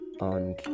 on